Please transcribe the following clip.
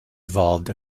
evolved